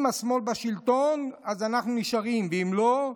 אם השמאל בשלטון אז אנחנו נשארים, ואם לא,